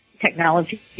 Technology